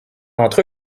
d’entre